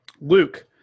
Luke